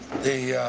the